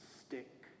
Stick